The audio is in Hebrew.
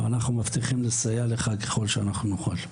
ואנחנו מבטיחים לסייע לך ככל שאנחנו נוכל.